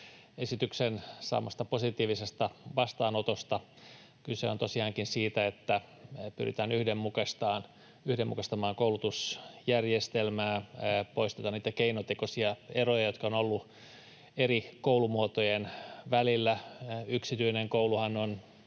esityksen saamasta positiivisesta vastaanotosta. Kyse on tosiaankin siitä, että pyritään yhdenmukaistamaan koulutusjärjestelmää, poistetaan niitä keinotekoisia eroja, joita on ollut eri koulumuotojen välillä. Yksityinen kouluhan on